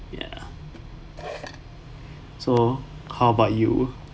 ya so how about you